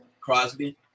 Crosby